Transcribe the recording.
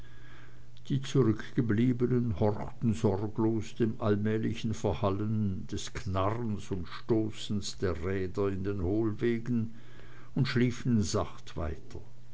die zurückgebliebenen horchten sorglos dem allmähligen verhallen des knarrens und stoßens der räder in den hohlwegen und schliefen sacht weiter